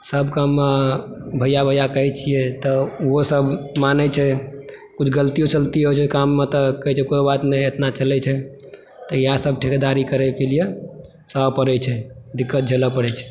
सभ काममे भैआ भैआ कहय छियै तऽ ओहोसभ मानैत छै कुछ गलतियो सलतियो होइ छै काममे तऽ कहय छै कोई बात नहि एतना चलैत छै तऽ इएहसभ ठेकेदारी करयके लिए सहऽ पड़ैत छै दिक्कत झेलऽ पड़ैत छै